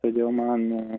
todėl man